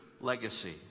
legacy